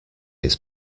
its